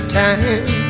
time